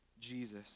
Jesus